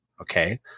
Okay